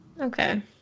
okay